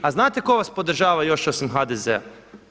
A znate tko vas podržava još osim HDZ-a?